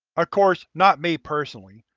ah course, not me personally.